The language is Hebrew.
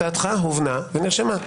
הצעתך הובנה ונרשמה.